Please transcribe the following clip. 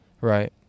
Right